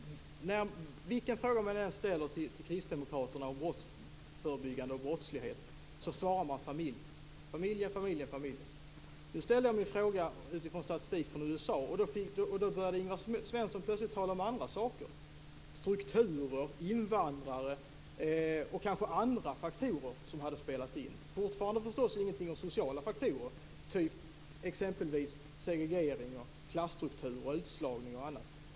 Herr talman! Jag ställde min fråga på grund av att vilken fråga man än ställer till kristdemokraterna om brottsförebyggande och brottslighet svarar de: familjen, familjen, familjen . Nu ställde jag min fråga utifrån statistik från USA. Då började Ingvar Svensson plötsligt tala om andra saker - strukturer, invandrare och andra faktorer som kanske hade spelat in. Fortfarande sade han förstås ingenting om sociala faktorer, t.ex. segregering, klasstrukturer, utslagning och annat.